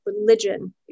religion